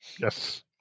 yes